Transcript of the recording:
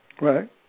Right